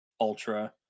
ultra